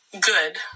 good